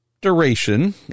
duration